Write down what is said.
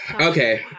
Okay